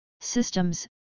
systems